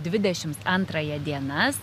dvidešimt antrąją dienas